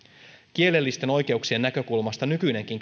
kielellisten oikeuksien näkökulmasta nykyinenkin